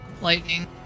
lightning